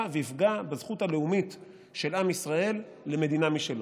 ויפגע בזכות הלאומית של עם ישראל למדינה משלו.